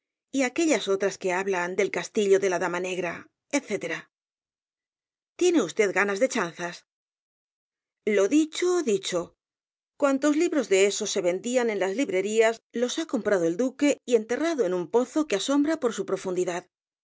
y aquellas otras que hablan del castillo de la dama negra etc tiene usted ganas de chanzas lo dicho dicho cuantos libros de esos se vendían en las librerías los ha comprado el duque y enterrado en un pozo que asombra por su profundidad